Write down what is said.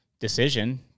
decision